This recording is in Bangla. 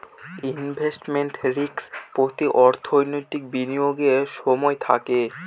ইনভেস্টমেন্ট রিস্ক প্রতি অর্থনৈতিক বিনিয়োগের সময় থাকে